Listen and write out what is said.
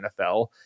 NFL